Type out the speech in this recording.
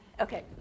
Okay